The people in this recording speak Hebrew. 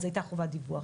אז הייתה חובת דיווח.